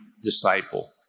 disciple